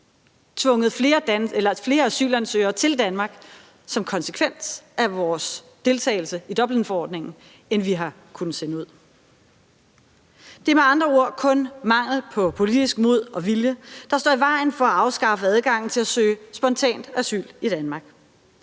i øvrigt tvunget flere asylansøgere til Danmark som konsekvens af vores deltagelse i Dublinforordningen, end vi har kunnet sende ud. Det er med andre ord kun mangel på politisk mod og vilje, der står i vejen for at afskaffe adgangen til at søge spontan asyl i Danmark.